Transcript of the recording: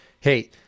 hey